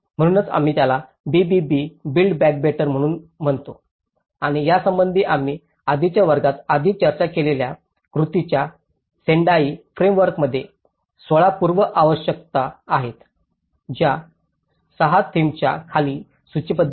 म्हणूनच आम्ही याला बीबीबी बिल्ड बॅक बेटर म्हणून म्हणतो आणि यासंबंधी आम्ही आधीच्या वर्गात आधीच चर्चा केलेल्या कृतीच्या सेंडाई फ्रेमवर्कमध्ये 16 पूर्व आवश्यकता आहेत ज्या 6 थीम्सच्या खाली सूचीबद्ध आहेत